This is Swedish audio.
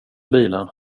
bilen